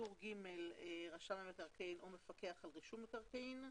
טור ג' רשם המקרקעין או מפקח על רישום מקרקעין.